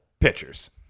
pitchers